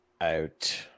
out